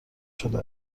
شده